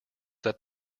that